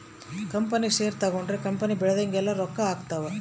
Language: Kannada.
ಕಂಪನಿ ಷೇರು ತಗೊಂಡ್ರ ಕಂಪನಿ ಬೆಳ್ದಂಗೆಲ್ಲ ರೊಕ್ಕ ಆಗ್ತವ್